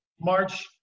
March